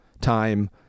time